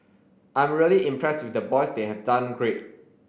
I'm really impressed with the boys they have done great